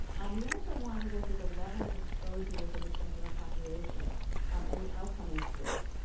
um we also want look at the level of exposure within the sentinel population um and the outcome incidence,